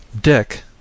dick